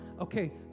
Okay